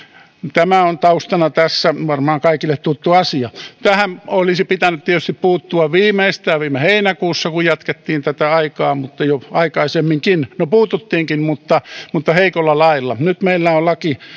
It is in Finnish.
tämä on taustana tässä varmaan kaikille tuttu asia tähän olisi tietysti pitänyt puuttua viimeistään viime heinäkuussa kun jatkettiin tätä aikaa mutta jo aikaisemminkin no puututtiinkin mutta mutta heikolla lailla nyt meillä on laki